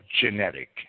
genetic